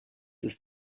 ist